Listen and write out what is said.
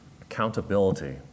accountability